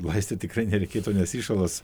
laistyt tikrai nereikėtų nes įšalas